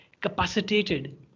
capacitated